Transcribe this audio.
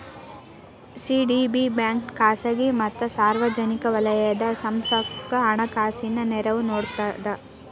CDB bank ಖಾಸಗಿ ಮತ್ತ ಸಾರ್ವಜನಿಕ ವಲಯದ ಸಂಸ್ಥಾಕ್ಕ ಹಣಕಾಸಿನ ನೆರವು ನೇಡ್ತದ